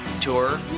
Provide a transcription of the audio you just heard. tour